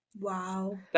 Wow